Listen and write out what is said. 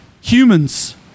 Humans